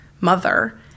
mother